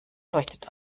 leuchtet